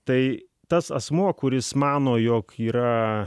tai tas asmuo kuris mano jog yra